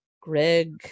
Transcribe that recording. Greg